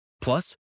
Plus